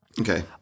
Okay